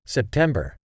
September